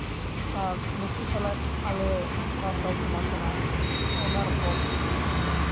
ᱟᱨ ᱱᱩᱠᱩ ᱥᱟᱞᱟᱜ ᱟᱞᱮ ᱥᱟᱱᱛᱟᱞ ᱥᱚᱢᱟᱡᱽ ᱨᱮᱱᱟᱜ ᱟᱭᱢᱟ ᱨᱚᱠᱚᱢ